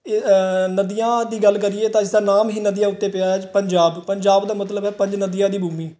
ਨਦੀਆਂ ਦੀ ਗੱਲ ਕਰੀਏ ਤਾਂ ਇਸਦਾ ਨਾਮ ਹੀ ਨਦੀਆਂ ਉੱਤੇ ਪਿਆ ਪੰਜਾਬ ਪੰਜਾਬ ਦਾ ਮਤਲਬ ਹੈ ਪੰਜ ਨਦੀਆਂ ਦੀ ਭੂਮੀ